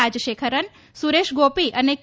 રાજશેખરન સુરેશ ગોપી અને કે